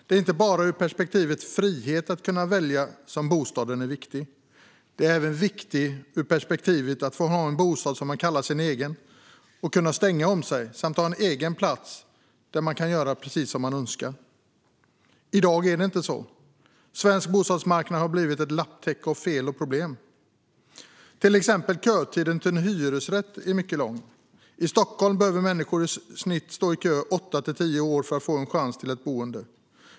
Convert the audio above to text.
Det är inte bara ur perspektivet frihet att kunna välja som bostaden är viktig utan även ur perspektivet att få ha en bostad som man kallar sin egen, att kunna stänga om sig samt att ha en egen plats där man kan göra precis som man önskar. I dag är det inte så. Svensk bostadsmarknad har blivit ett lapptäcke av fel och problem. Till exempel är kötiden till en hyresrätt mycket lång. I Stockholm behöver människor i snitt stå i kö i åtta till tio år för att få chans till ett boende.